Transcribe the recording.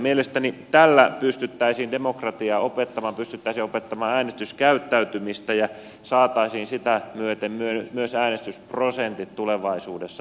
mielestäni tällä pystyttäisiin demokratiaa opettamaan pystyttäisiin opettamaan äänestyskäyttäytymistä ja saataisiin sitä myöten myös äänestysprosentit tulevaisuudessa nousuun